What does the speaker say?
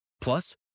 Plus